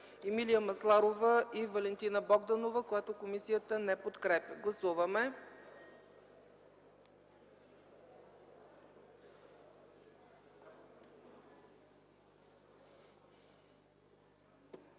Емилия Масларова и Валентина Богданова, което комисията не подкрепя. Гласували